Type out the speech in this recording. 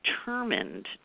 determined